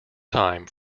time